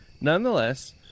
Nonetheless